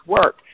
work